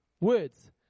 Words